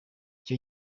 icyo